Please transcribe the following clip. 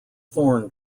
thorn